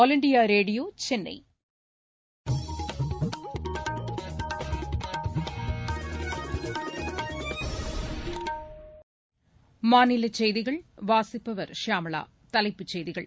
all India Radio Chennai மாநிலச் செய்திகள் தலைப்புச் செய்திகள்